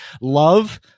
love